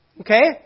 Okay